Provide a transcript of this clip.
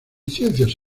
ciencias